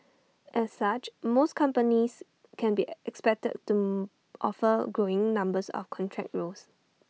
as such most companies can be expected to offer growing numbers of contract roles